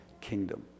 kingdom